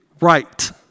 right